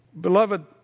Beloved